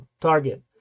target